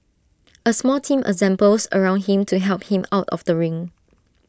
A small team assembles around him to help him out of the ring